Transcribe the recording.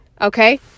okay